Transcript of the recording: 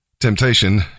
Temptation